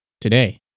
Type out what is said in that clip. today